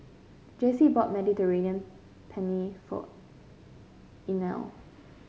Jacey bought Mediterranean Penne for Inell